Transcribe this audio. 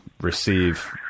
receive